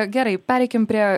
gerai pereikim prie